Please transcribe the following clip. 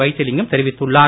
வைத்திலிங்கம் தெரிவித்துள்ளார்